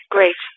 Great